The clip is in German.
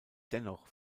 dennoch